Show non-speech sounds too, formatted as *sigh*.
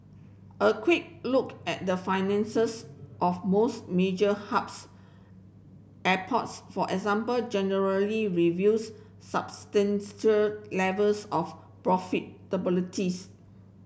a quick look at the finances of most major hubs airports for example generally reveals *unintelligible* levels of profit *unintelligible*